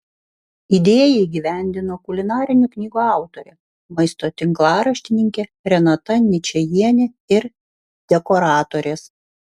idėją įgyvendino kulinarinių knygų autorė maisto tinklaraštininkė renata ničajienė ir dekoratorės